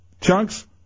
Chunks